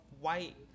white